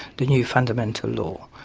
the new fundamental law.